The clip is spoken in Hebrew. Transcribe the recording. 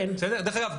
אגב,